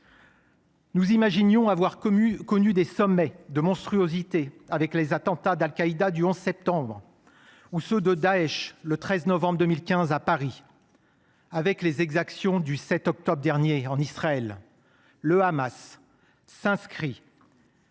Nous imaginions avoir connu des sommets de monstruosité avec les attentats d’Al Qaïda du 11 septembre 2001 ou ceux de Daech, le 13 novembre 2015, à Paris. Avec les exactions du 7 octobre dernier, en Israël, le Hamas s’inscrit